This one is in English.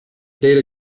data